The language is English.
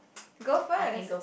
go first